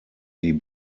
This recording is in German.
die